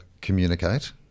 communicate